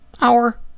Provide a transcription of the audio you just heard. Hour